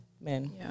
Men